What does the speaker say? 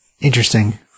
Interesting